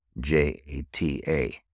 J-A-T-A